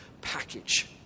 package